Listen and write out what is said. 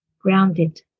grounded